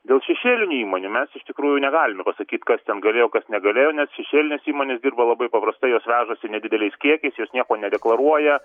dėl šešėlinių įmonių mes iš tikrųjų negalime pasakyti kas ten galėjo kas negalėjo nes šešėlinės įmonės dirba labai paprastai jos vežasi nedideliais kiekiais jos nieko nedeklaruoja